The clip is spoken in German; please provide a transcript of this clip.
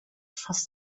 fast